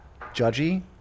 Judgy